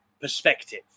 perspective